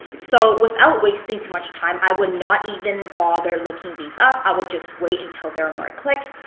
so without wasting too much time, i would not even bother looking these up. i would just wait until there are more clicks.